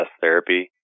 therapy